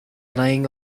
laying